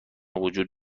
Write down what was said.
وجود